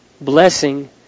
blessing